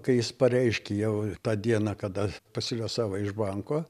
kai jis pareiškė jau tą dieną kada pasiliuosavo iš banko